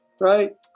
right